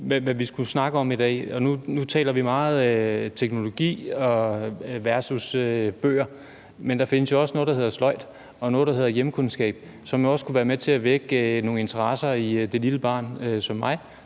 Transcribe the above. hvad vi skulle snakke om i dag, og nu taler vi meget om teknologi versus bøger, men der findes jo også noget, der hedder sløjd og hjemkundskab, som også kunne være med til at vække nogle interesser i det lille barn, som det